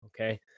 okay